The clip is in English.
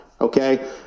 okay